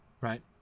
right